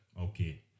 Okay